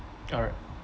alright